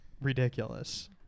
ridiculous